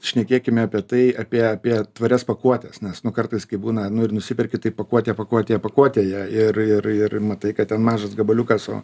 šnekėkim apie tai apie apie tvarias pakuotes nes nu kartais kai būna nu ir nusiperki taip pakuotė pakuotėje pakuotėje ir ir ir matai kad ten mažas gabaliukas o